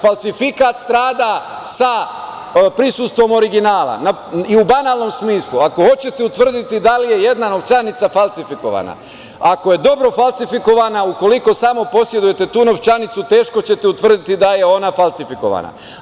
Falsifikat strada sa prisustvom originala i u banalnom smislu, ako hoćete utvrditi da li je jedna novčanica falsifikovana, ako je dobro falsifikovana, ukoliko samo posedujete tu novčanicu teško ćete utvrditi da je ona falsifikovana.